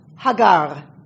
Hagar